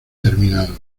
terminado